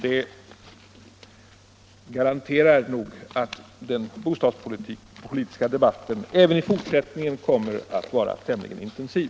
Det garanterar att den bostadspolitiska debatten även i fortsättningen kommer att vara tämligen intensiv.